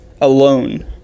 alone